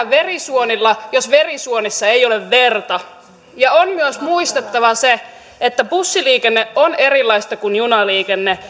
verisuonilla jos verisuonissa ei ole verta on myös muistettava se että bussiliikenne on erilaista kuin junaliikenne